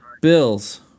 Bills